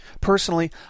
Personally